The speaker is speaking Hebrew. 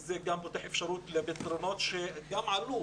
זה גם פותח אפשרות לפתרונות שעלו